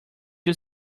you